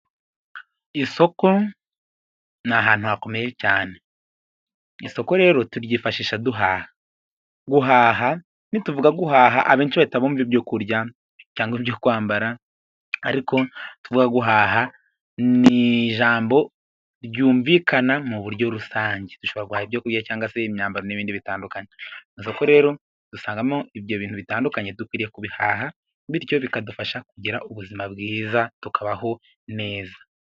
Isoko ni ahantu hakomeye cyane, isoko rero turyifashisha duhaha. Guhaha, nituvuga guhaha abenshi bahita bumva ibyo kurya, cyangwa ibyo kwambara, ariko guhaha ni ijambo ryumvikana mu buryo rusange, dushobora guhaha ibyo ku kurya, cyangwa se imyambaro, n'ibindi bitandukanyeko. Mu isoko rero dusangamo ibyo bintu bitandukanye dukwiriye kubihaha, bityo bikadufasha kugira ubuzima bwiza tukabaho neza.